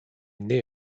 née